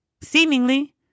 Seemingly